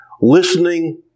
Listening